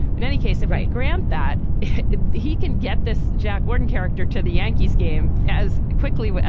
in any case the right grant that he can get this jack gordon character to the yankees game as quickly. but